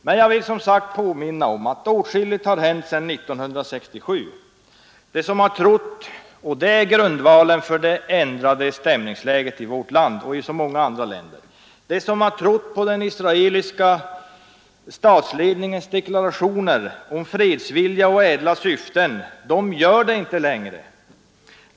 Det har som sagt hänt åtskilligt sedan 1967. De som har trott på den israeliska statsledningens deklarationer om fredsvilja och ädla syften gör det inte längre, och det är grundvalen för det ändrade stämningsläget i vårt land och i många andra länder.